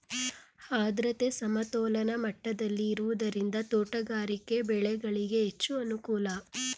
ಆದ್ರತೆ ಸಮತೋಲನ ಮಟ್ಟದಲ್ಲಿ ಇರುವುದರಿಂದ ತೋಟಗಾರಿಕೆ ಬೆಳೆಗಳಿಗೆ ಹೆಚ್ಚು ಅನುಕೂಲ